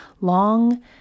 long